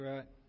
Right